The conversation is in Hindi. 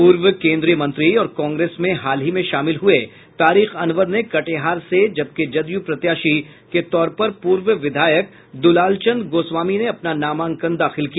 पूर्व केन्द्रीय मंत्री और कांग्रेस में हाल ही में शामिल हुए तारिक अनवर ने कटिहार से जबकि जदयू प्रत्याशी के तौर पर पूर्व विधायक दुलाल चंद गोस्वामी ने अपना नामांकन दाखिल किया